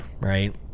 right